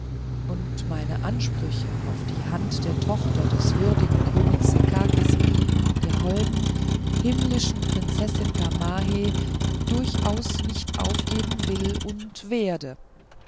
und meine ansprüche auf die hand der tochter des würdigen königs sekakis der holden himmlischen prinzessin gamaheh durchaus nicht aufgeben will und werde